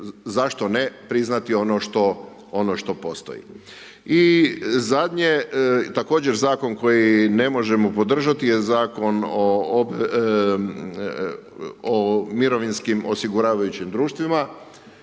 zašto ne priznati ono što postoji. I zadnje, također Zakon koji ne može podržati je Zakon o mirovinskim osiguravajućim društvima,